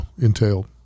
entailed